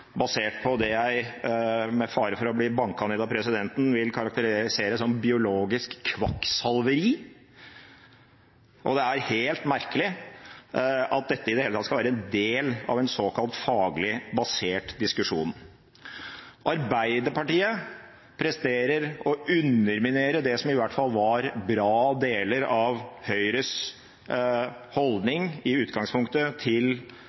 basert på det jeg – med fare for å bli banket ned av presidenten – vil karakterisere som biologisk kvakksalveri. Det er helt merkelig at dette i det hele tatt skal være del av en såkalt faglig basert diskusjon. Arbeiderpartiet presterer å underminere det som i hvert fall i utgangspunktet var bra deler av Høyres holdning til